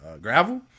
gravel